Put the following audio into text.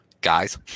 guys